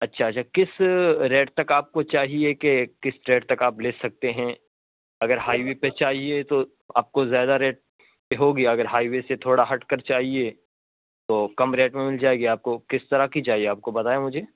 اچھا اچھا کس ریٹ تک آپ کو چاہیے کہ کس ریٹ تک آپ لے سکتے ہیں اگر ہائیوے پہ چاہیے تو آپ کو زیادہ ریٹ ہوگی اگر ہائیوے سے تھوڑا ہٹ کر چاہیے تو کم ریٹ میں مل جائے گی آپ کو کس طرح کی چاہیے آپ کو بتائیں مجھے